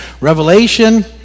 Revelation